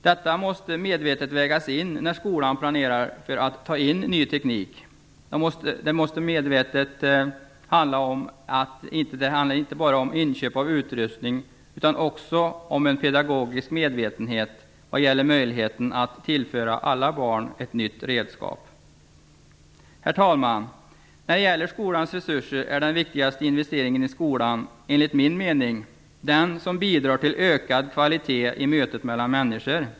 Detta måste medvetet vägas in när skolan planerar att ta in ny teknik. Det handlar inte bara om inköp av utrustning utan också om en pedagogisk medvetenhet vad gäller möjligheten att tillföra alla barn ett nytt redskap. Herr talman! När det gäller skolans resurser är den viktigaste investeringen i skolan, enligt min mening, den som bidrar till en ökad kvalitet i mötet mellan människor.